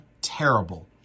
terrible